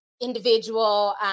individual